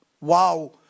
wow